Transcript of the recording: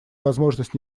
возможность